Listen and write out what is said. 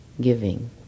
giving